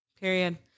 Period